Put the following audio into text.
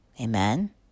Amen